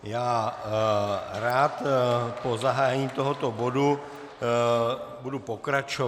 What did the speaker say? Já rád po zahájení tohoto bodu budu pokračovat.